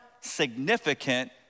significant